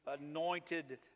anointed